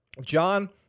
John